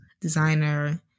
designer